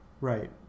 Right